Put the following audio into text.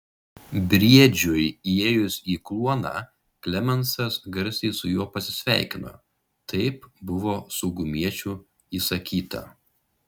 briedžiui įėjus į kluoną klemensas garsiai su juo pasisveikino taip buvo saugumiečių įsakyta